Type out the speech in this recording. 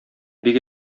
бик